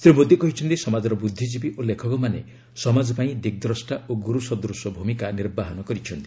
ଶ୍ରୀ ମୋଦି କହିଛନ୍ତି ସମାଜର ବୁଦ୍ଧିଜୀବୀ ଓ ଲେଖକମାନେ ସମାଜ ପାଇଁ ଦିଗ୍ଦ୍ରଷ୍ଟା ଓ ଗୁରୁ ସଦୃଶ ଭୂମିକା ନିର୍ବାହନ କରିଛନ୍ତି